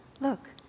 Look